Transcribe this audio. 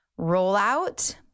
rollout